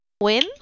win